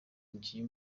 umukinnyi